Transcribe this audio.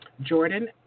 Jordan